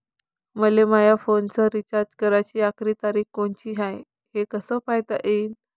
मले माया फोनचा रिचार्ज कराची आखरी तारीख कोनची हाय, हे कस पायता येईन?